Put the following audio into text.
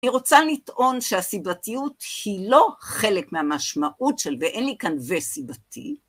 אני רוצה לטעון שהסיבתיות היא לא חלק מהמשמעות של... ואין לי כאן ו... סיבתי.